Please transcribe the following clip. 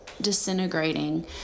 disintegrating